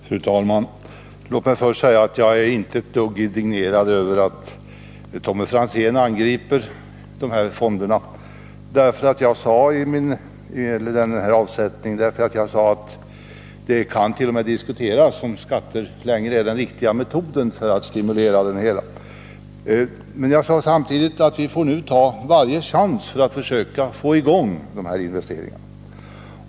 Fru talman! Låt mig först säga att jag inte är ett dugg indignerad över Tommy Franzéns angrepp på de här avdragsreglerna. Jag sadet.o.m. att det kan diskuteras om skatter längre är den riktiga metoden för att åstadkomma sådana här stimulanser. Jag sade samtidigt att vi nu får ta varje chans för att få i gång investeringarna.